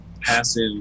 passive